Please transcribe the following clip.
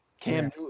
Cam